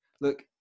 Look